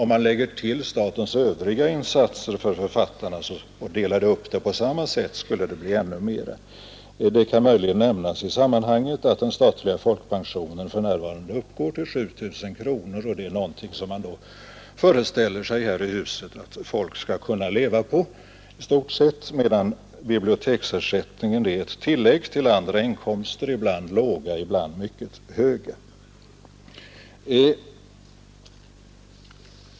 Om man lade till statens övriga insatser för författarna och delade upp dessa på samma sätt skulle det bli ännu mera. Det kan möjligen nämnas i sammanhanget att den statliga folkpensionen för närvarande uppgår till 7 000 kronor, alltså något som man här i huset föreställer sig att folk i stort sett skall kunna leva på, medan biblioteksersättningen är ett tillägg till andra inkomster, ibland låga, ibland mycket höga.